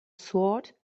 sword